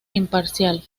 imparcial